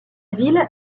ville